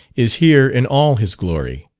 is here in all his glory.